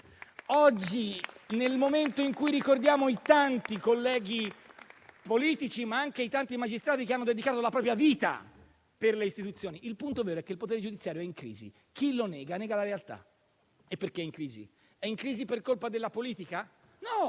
Oggi, nel momento in cui ricordiamo i tanti colleghi politici, ma anche i tanti magistrati che hanno dedicato la propria vita alle istituzioni, il punto vero è che il potere giudiziario è in crisi: chi lo nega, nega la realtà. Perché è in crisi? È in crisi per colpa della politica? No.